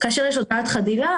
כאשר יש הודעת חדילה,